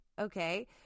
okay